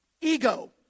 ego